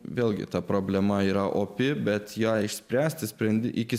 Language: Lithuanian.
vėlgi ta problema yra opi bet jai spręsti sprendi iki